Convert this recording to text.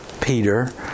peter